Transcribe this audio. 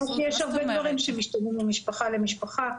יש הרבה דברים שמשתנים בין משפחה למשפחה.